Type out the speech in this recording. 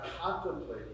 contemplating